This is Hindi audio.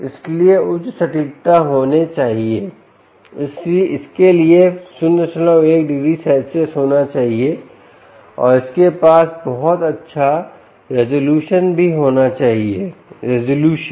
इसलिए उच्च सटीकता होनी चाहिए इसके लिए 01 डिग्री सेल्सियस होना चाहिए और इसके पास बहुत अच्छा रेज़लुशन भी होना चाहिए रेज़लुशन